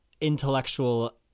intellectual